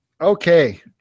Okay